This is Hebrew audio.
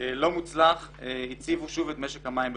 לא מוצלח הציבו שוב את משק המים במשבר.